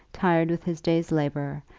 tired with his day's labour,